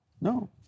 No